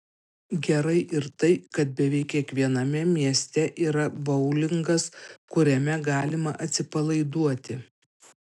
gerai ir tai kad beveik kiekviename mieste yra boulingas kuriame galima atsipalaiduoti